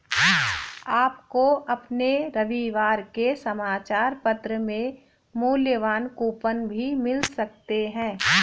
आपको अपने रविवार के समाचार पत्र में मूल्यवान कूपन भी मिल सकते हैं